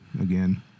again